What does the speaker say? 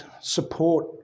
support